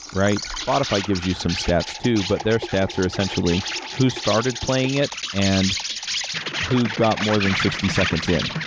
right? modify gives you some stats too, but their stats are essentially who started playing it and who got more than sixty seconds in,